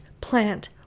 plant